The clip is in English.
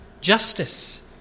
justice